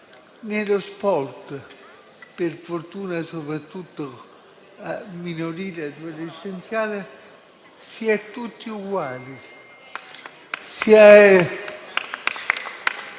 nello sport, per fortuna soprattutto in quello minorile e adolescenziale, si è tutti uguali